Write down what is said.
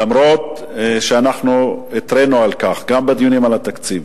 למרות שאנחנו התרענו על כך בדיונים על התקציב,